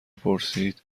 پرسید